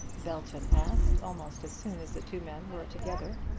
belton asked, almost as soon as the two men were together.